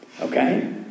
Okay